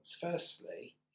Firstly